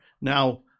now